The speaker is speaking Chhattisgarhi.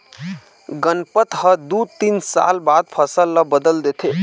गनपत ह दू तीन साल बाद फसल ल बदल देथे